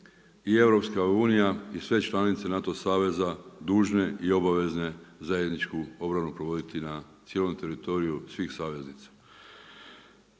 i tome da je i EU i sve članice NATO saveza, dužne i obavezne zajedničku obranu provoditi na cijelom teritoriju svih saveznica.